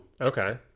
Okay